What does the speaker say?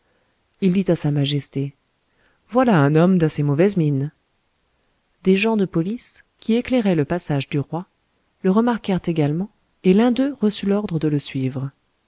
il dit à sa majesté voilà un homme d'assez mauvaise mine des gens de police qui éclairaient le passage du roi le remarquèrent également et l'un d'eux reçut l'ordre de le suivre